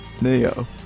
Neo